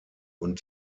und